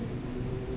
mm